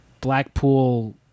Blackpool